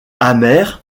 amer